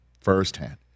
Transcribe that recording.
firsthand